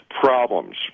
problems